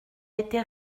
été